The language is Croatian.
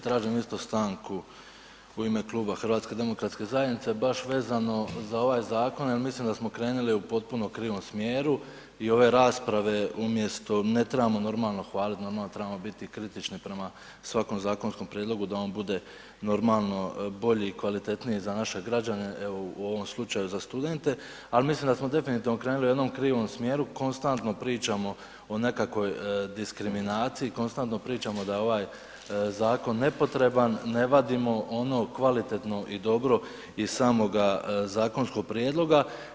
Tražim isto stanku u ime kluba HDZ-a baš vezano za ovaj zakon jer mislim da smo krenuli u potpuno krivom smjeru i ove rasprave umjesto, ne trebamo normalno hvaliti, normalno da trebamo kritični prema svakom zakonskom prijedlogu, da on bude normalno bolji i kvalitetniji za naše građane, evo u ovom slučaju za studente ali mislim da smo definitivno krenuli u jednom krivom smjeru, konstantno pričamo o nekakvoj diskriminaciji, konstantno pričamo da je ovaj zakon nepotreban, ne vadimo ono kvalitetno i dobro iz samoga zakonskog prijedloga.